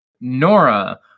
Nora